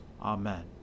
Amen